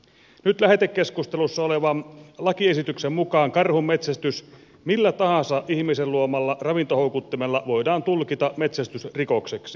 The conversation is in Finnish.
nyt lähetekeskustelussa olevan lakiesityksen mukaan karhunmetsästys millä tahansa ihmisen luomalla ravintohoukuttimella voidaan tulkita metsästysrikokseksi